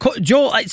Joel